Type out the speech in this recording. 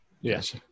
Yes